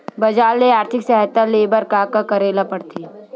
बजार ले आर्थिक सहायता ले बर का का करे ल पड़थे?